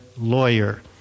lawyer